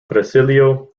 brasileiro